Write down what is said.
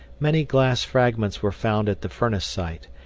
many glass fragments were found at the furnace site,